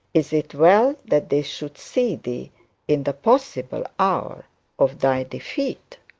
is it well that they should see thee in the possible hour of thy defeat?